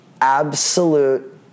absolute